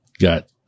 got